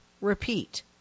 repeat